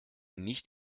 nicht